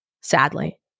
sadly